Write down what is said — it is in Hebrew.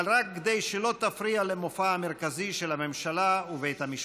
אבל רק כדי שלא תפריע למופע המרכזי של הממשלה ובית המשפט.